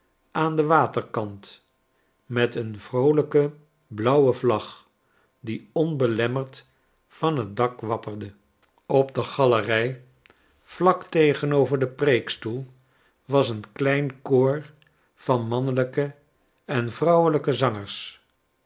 aan den waterkant met een vroolijke blauwe vlag die onbelemmerd van t dak wapperde op de galerij vlak tegenover den preekstoel was een klein koor van mannelijke en vrouwelyke zangers